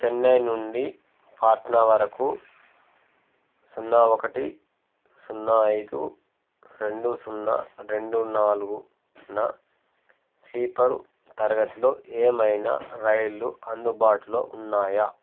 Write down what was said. చెన్నై నుండి పాట్నా వరకు సున్నా ఒకటి సున్నా ఐదు రెండు సున్నా రెండు నాలుగున స్లీపరు తరగతిలో ఏమైనా రైళ్ళు అందుబాటులో ఉన్నాయా